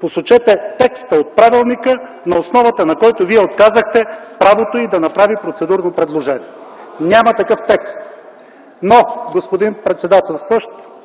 Посочете текста от правилника, на основата на който Вие отказахте правото й да направи процедурно предложение. Няма такъв текст. Господин председателстващ,